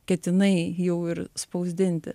ketinai jau ir spausdinti